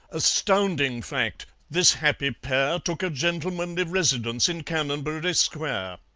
astounding fact! this happy pair took a gentlemanly residence in canonbury square!